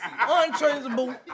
Untraceable